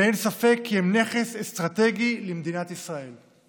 ואין ספק כי הם נכס אסטרטגי למדינת ישראל.